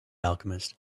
alchemist